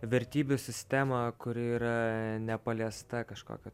vertybių sistemą kuri yra nepaliesta kažkokio